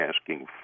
asking